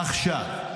עכשיו.